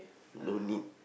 no need